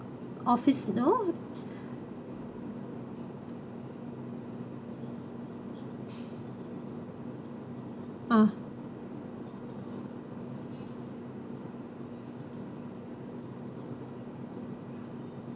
office know ah